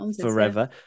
forever